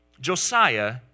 Josiah